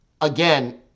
again